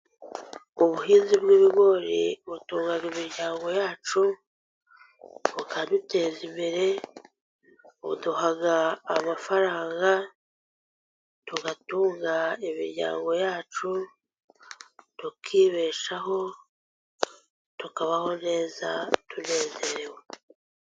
Ubuhinzi bw'ibigori butunga imiryango yacu, bukaduteza imbere. Buduha amafaranga tugatunga imiryango yacu, tukibeshaho, tukabaho neza tunezerewe.